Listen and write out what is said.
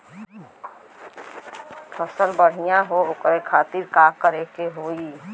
फसल बढ़ियां हो ओकरे खातिर का करे के होई?